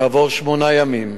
כעבור שמונה ימים,